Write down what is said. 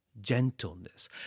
gentleness